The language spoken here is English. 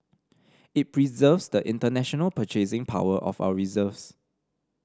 it preserves the international purchasing power of our reserves